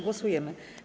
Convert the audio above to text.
Głosujemy.